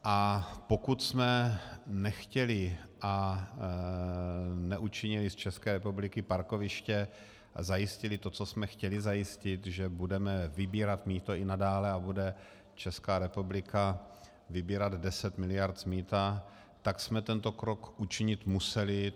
A pokud jsme nechtěli a neučinili z České republiky parkoviště a zajistili to, co jsme chtěli zajistit, že budeme vybírat mýto i nadále a Česká republika bude vybírat 10 mld. z mýta, tak jsme tento krok učinit museli.